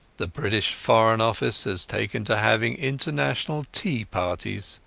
the british foreign office has taken to having international tea-parties,